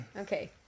Okay